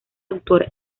autor